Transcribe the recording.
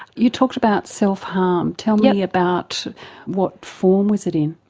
you talked about self-harm, tell me about what form was it in?